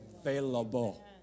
available